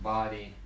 body